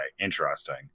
interesting